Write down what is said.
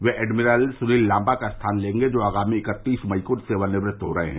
वे admiral Sunil Lamba का स्थान लेंगे जो आगामी इकत्तीस मई को सेवानिवृत हो रहे हैं